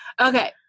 Okay